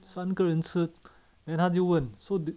三个人吃 then 他就问 so